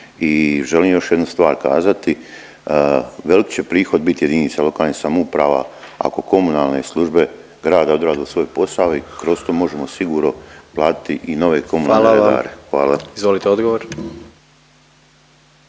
i želim još jednu stvar kazati. Velik će prihod bit jedinica lokalnih samouprava ako komunalne službe grada odrade svoj posao i kroz to možemo sigurno platiti i nove komunalne redare. Hvala. **Jandroković,